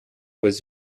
was